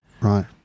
Right